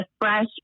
fresh